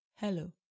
Hello